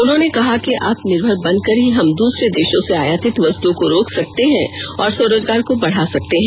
उन्होंने कहा कि आत्मनिर्भर बन कर ही हम दूसरे देषों से आयतित वस्तुओं को रोक सकते और स्वरोजगार को बढ़ा सकते है